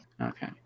Okay